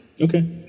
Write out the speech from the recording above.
Okay